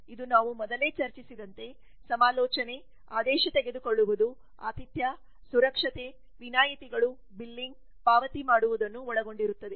ಇದು ನಾವು ಮೊದಲೇ ಚರ್ಚಿಸಿದಂತೆ ಸಮಾಲೋಚನೆ ಆದೇಶ ತೆಗೆದುಕೊಳ್ಳುವುದು ಆತಿಥ್ಯ ಸುರಕ್ಷತೆ ವಿನಾಯಿತಿಗಳು ಬಿಲ್ಲಿಂಗ್ ಪಾವತಿ ಮಾಡುವುದನ್ನು ಒಳಗೊಂಡಿರುತ್ತದೆ